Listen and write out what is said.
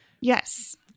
Yes